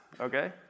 Okay